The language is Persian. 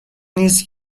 نیست